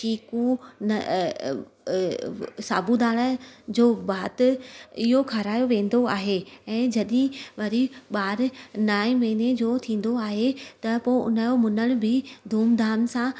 चीकू न साबू दाणे जो भात इहो खारायो वेंदो आहे ऐं जॾहिं वरी ॿारु नाएं महीने जो थींदो आहे त पोइ हुनजो मुंडन बि धूमधाम सां